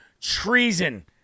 treason